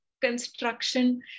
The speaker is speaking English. construction